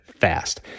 fast